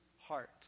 heart